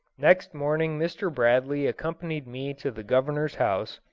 next morning mr. bradley accompanied me to the governor's house,